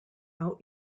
out